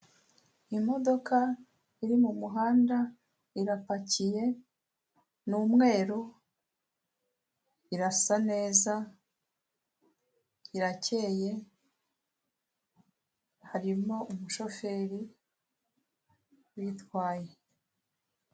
Imodoka iri mu muhanda irapakiye ni umweru, irasa neza, irakeye, harimo umushoferi uyitwaye.